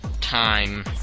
time